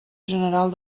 general